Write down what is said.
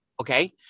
okay